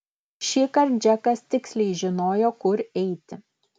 šįkart džekas tiksliai žinojo kur eiti